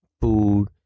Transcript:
food